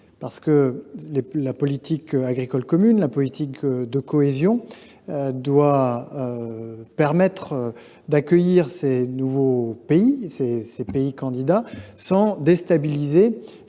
parce que la politique agricole commune et la politique de cohésion doivent permettre d’accueillir les pays candidats, sans déstabiliser